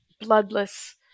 bloodless